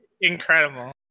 incredible